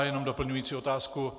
Jenom doplňující otázku.